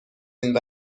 این